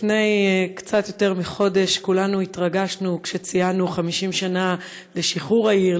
לפני קצת יותר מחודש כולנו התרגשנו כשציינו 50 שנה לשחרור העיר,